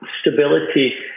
stability